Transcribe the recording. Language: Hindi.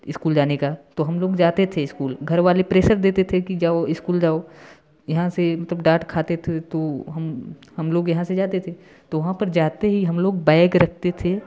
स्कूल जाने का तो हम लोग जाते थे स्कूल घर वाले प्रेशर देते थे कि जाओ स्कूल जाओ यहाँ से मतलब डांट खाते थे तो हम हम लोग यहाँ से जाते थे तो वहाँ पर जाते ही हम लोग बैग रखते थे